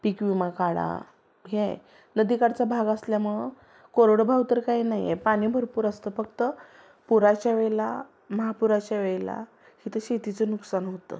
पीक विमा काढा हे आहे नदीकडचा भाग असल्यामुळं कोरडं भाव तर काय नाही आहे पाणी भरपूर असतं फक्त पुराच्या वेळेला महापुराच्या वेळेला इथं शेतीचं नुकसान होतं